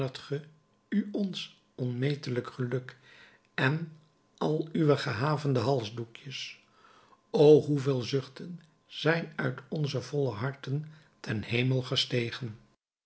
u ons onmetelijk geluk en al uw gehavende halsdoekjes o hoeveel zuchten zijn uit onze volle harten ten hemel gestegen